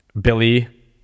Billy